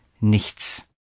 nichts